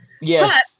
yes